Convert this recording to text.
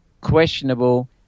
questionable